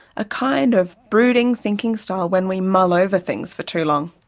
a kind of brooding thinking style when we mull over things for too long.